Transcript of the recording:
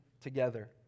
together